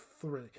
three